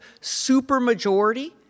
supermajority